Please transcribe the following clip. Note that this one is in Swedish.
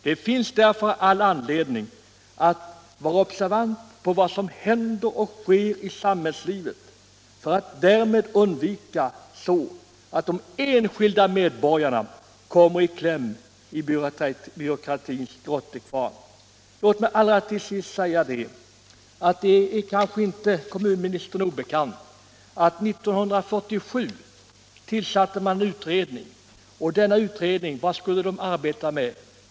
Det finns därför all anledning att vara observant på vad som händer och sker i samhällslivet för att därmed undvika att de enskilda medborgarna kommer i kläm i byråkratins grottekvarn. Det kanske inte är kommunministern obekant att man 1947 tillsatte en utredning. Och vad skulle denna utredning arbeta med?